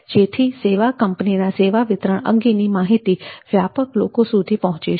જેથી સેવા કંપનીની સેવા વિતરણ અંગેની માહિતી વ્યાપક લોકો સુધી પહોંચશે